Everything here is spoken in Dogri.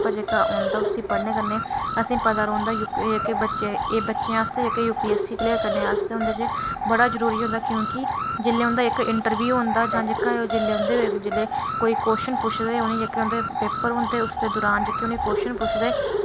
जेह्का औंदा उसी पढ़ने कन्नै ते असेंगी पता रौहंदा कि एह् बच्चे आस्तै जेह्का यूपीएससी क्लीयर करने आस्तै बड़ा जरूरी होंदा कि जेल्लै उंदा इक्क इंटरव्यू औंदा जां जेल्लै जेह्का उंदे जेल्लै कोई क्वेशन पुच्छदे होन जां जेह्के जेल्लै उंदे पेपर होंदे उस दरान उनेंगी पुछदे